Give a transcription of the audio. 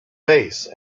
base